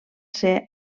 ser